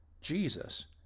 Jesus